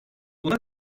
buna